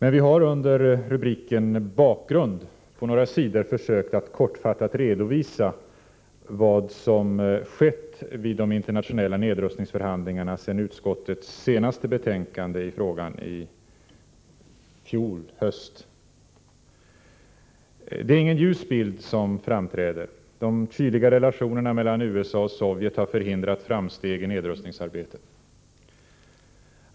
Vi har dock under rubriken Bakgrund på några sidor försökt att kortfattat redovisa vad som skett vid de internationella nedrustningsförhandlingarna sedan utskottets senaste betänkande i frågan skrevs i fjol höst. Det är ingen ljus bild som framträder. De kyliga relationerna mellan USA och Sovjet har förhindrat framsteg i nedrustningsarbetet.